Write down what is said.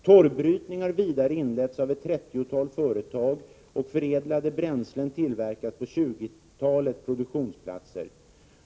Torvbrytning har vidare inletts av ett trettiotal företag och förädlade bränslen tillverkas på tjugotalet produktionsplatser.